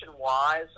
wise